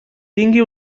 tingui